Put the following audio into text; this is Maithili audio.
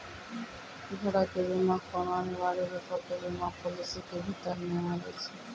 घरो के बीमा कोनो अनिवार्य रुपो के बीमा पालिसी के भीतर नै आबै छै